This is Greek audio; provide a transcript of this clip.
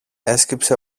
έσκυψε